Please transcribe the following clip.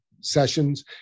sessions